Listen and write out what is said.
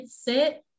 sit